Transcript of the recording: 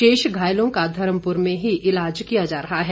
शेष घायलों का धर्मपुर में ही ईलाज किया जा रहा है